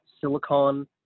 silicon